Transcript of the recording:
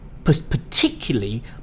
particularly